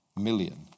million